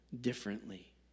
differently